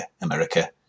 America